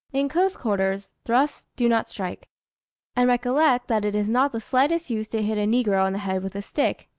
in close quarters, thrust, do not strike and recollect that it is not the slightest use to hit a negro on the head with a stick,